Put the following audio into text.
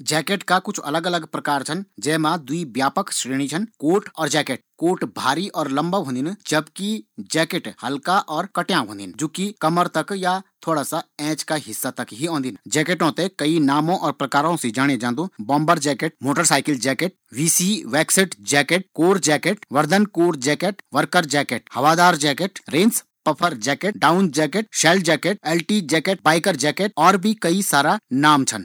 जैकेट का कुछ अलग अलग प्रकार छन। जै मा दुइ व्यापक श्रेणी छन कोट और जैकेट। कोट भारी और लम्बा होंदिन जबकि जैकेट हल्का और कटियाँ होंदिन जू कि कमर तक या थोड़ा सा एंच का हिस्सा तक ही ओंदीन। जैकेटों थें कई नाम या प्रकारों से जाणे जांदू। Bomber jacket, motor cycle jacket, वीसी वॉस्केट जैकेट, कोर जैकेट, वर्दनकोर जैकेट, वर्कर जैकेट, हवादार जैकेट, रेंस पफर जैकेट, टाउन जैकेट, शैल जैकेट, एलटी जैकेट, बाइकर जैकेट इत्यादि।